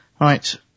Right